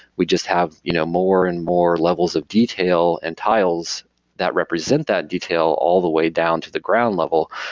we just have you know more and more levels of detail and tiles that represent that detail, all the way down to the ground level,